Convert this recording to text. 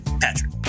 Patrick